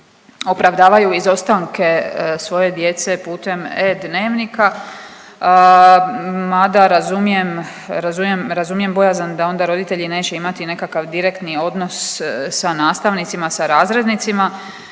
opravdavaju izostanke svoje djece putem e-dnevnika mada razumijem bojazan da onda roditelji neće imati nekakav direktni odnos sa nastavnicima, sa razrednicima.